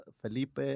Felipe